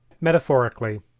metaphorically